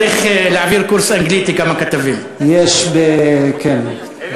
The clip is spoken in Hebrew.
צריך להעביר כמה כתבים קורס אנגלית.